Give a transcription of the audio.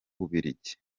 bubiligi